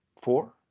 four